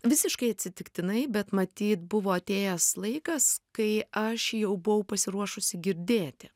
visiškai atsitiktinai bet matyt buvo atėjęs laikas kai aš jau buvau pasiruošusi girdėti